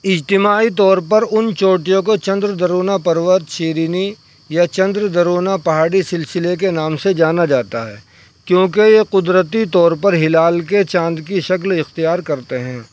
اجتماعی طور پر ان چوٹیوں کو چندر درونا پروت شرینی یا چندر درونا پہاڑی سلسلہ کے نام سے جانا جاتا ہے کیونکہ یہ قدرتی طور پر ہلال کے چاند کی شکل اختیار کرتے ہیں